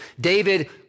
David